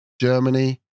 Germany